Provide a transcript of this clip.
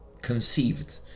conceived